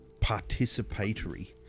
participatory